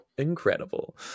Incredible